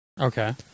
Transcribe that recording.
Okay